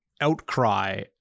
outcry